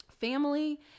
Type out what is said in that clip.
family